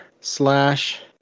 slash